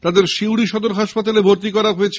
তাদের সিউড়ি সদর হাসপাতালে ভর্তি করা হয়এছে